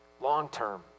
long-term